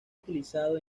utilizado